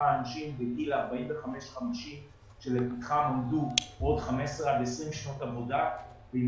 אנשים בגיל 50-45 שיש להם עוד 15 עד 20 שנות עבודה ואם